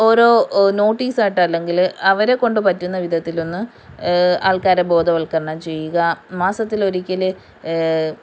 ഓരോ നോട്ടീസ് ആയിട്ട് അല്ലെങ്കിൽ അവരെക്കൊണ്ട് പറ്റുന്ന വിധത്തിൽ ഒന്ന് ആൾക്കാരെ ബോധവൽക്കരണം ചെയ്യുക മാസത്തിലൊരിക്കൽ